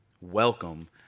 Welcome